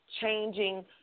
changing